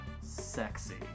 sexy